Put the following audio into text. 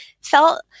felt